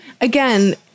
again